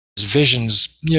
visions